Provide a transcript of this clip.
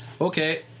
Okay